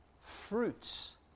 fruits